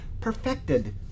perfected